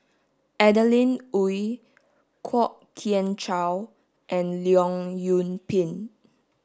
Adeline Ooi Kwok Kian Chow and Leong Yoon Pin